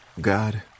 God